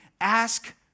ask